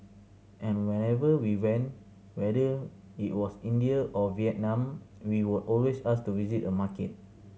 and wherever we went whether it was India or Vietnam we would always ask to visit a market